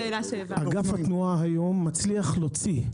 אגף התנועה מצליח להוציא,